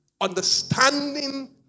Understanding